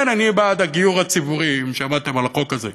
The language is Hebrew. כן, אני בעד הגיור הציבורי, אם שמעתם על החוק הזה.